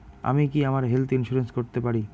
আমি কি আমার হেলথ ইন্সুরেন্স করতে পারি?